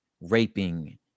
raping